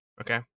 okay